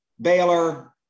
Baylor